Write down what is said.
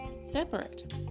separate